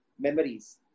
memories